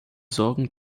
sorgen